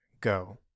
go